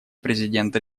президента